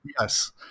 yes